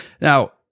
Now